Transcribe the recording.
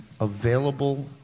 available